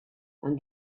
and